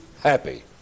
happy